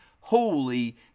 holy